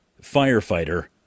firefighter